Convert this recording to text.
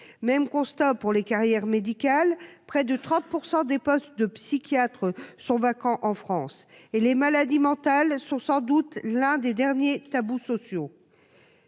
même constat pour les carrières médicales, près de 30 % des postes de psychiatres sont vacants en France et les maladies mentales sont sans doute l'un des derniers tabous sociaux.